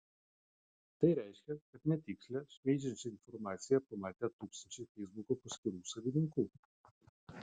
tai reiškia kad netikslią šmeižiančią informaciją pamatė tūkstančiai feisbuko paskyrų savininkų